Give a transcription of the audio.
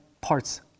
parts